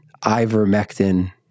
ivermectin